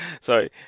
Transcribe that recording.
sorry